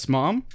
Mom